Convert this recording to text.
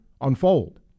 unfold